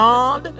God